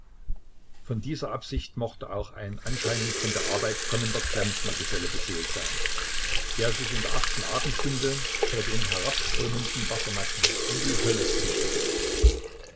von dieser absicht mochte auch ein anscheinend von der arbeit kommender klempnergeselle beseelt sein der sich in der achten abendstunde vor den herabströmenden wassermassen in die hölle flüchtete